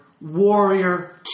warrior